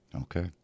Okay